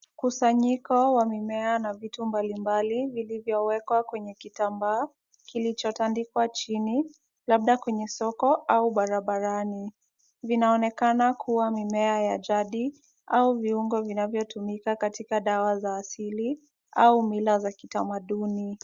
Mkusanyiko wa mimea na vitu mbalimbali vilivyowekwa kwenye kitambaa, kilichotandikwa chini labda kwenye soko au barabarani. Vinaonekana kuwa mimea ya jadi au viungo vinavyotumika katika dawa za asili au mila za kitamaduni.